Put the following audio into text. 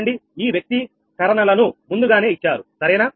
i3 ఈ వ్యక్తీకరణలను ముందుగానే ఇచ్చారు సరేనా